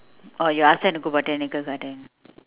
oh you ask them to go botanical garden